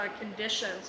conditions